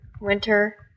Winter